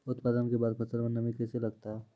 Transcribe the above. उत्पादन के बाद फसल मे नमी कैसे लगता हैं?